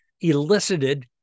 elicited